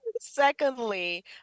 Secondly